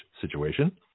situation